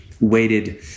waited